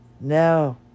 No